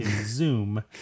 zoom